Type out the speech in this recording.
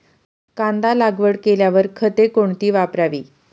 कांदा लागवड केल्यावर खते कोणती वापरावी?